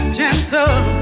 gentle